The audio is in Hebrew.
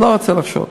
לא רוצה לחשוד.